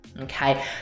okay